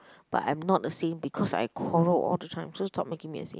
but I'm not a saint because I quarrelled all the time so stop making me a saint